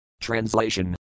TRANSLATION